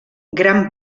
gran